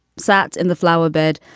sat in the flowerbed.